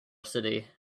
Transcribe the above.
city